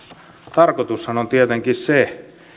tarkoitushan on tietenkin se